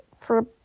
for-